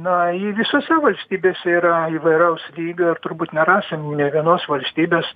na ji visose valstybėse yra įvairaus lygio ir turbūt nerasim nė vienos valstybės